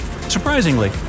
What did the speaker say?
Surprisingly